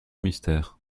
mystère